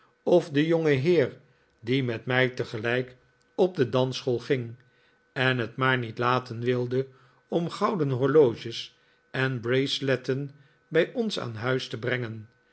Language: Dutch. of den jongenheer die met mij tegelijk op de dansschool ging en het maar niet laten wilde om gouden horloges en braceletten bij ons aan huis te brengen